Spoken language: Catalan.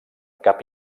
cap